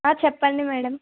చెప్పండి మేడమ్